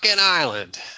island